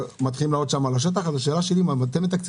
היתה שם סעודה על זה ששטח האש באלעד אכן יינתן.